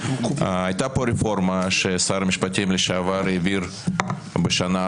הייתה כאן רפורמה ששר המשפטים לשעבר העביר בשנה האחרונה.